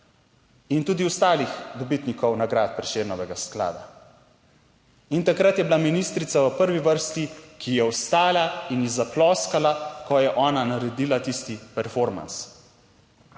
in tudi ostalih dobitnikov nagrad Prešernovega sklada. In takrat je bila ministrica v prvi vrsti, ki je vstala in je zaploskala, ko je ona naredila tisti performans,